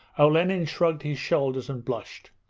olenin shrugged his shoulders and blushed.